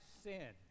sin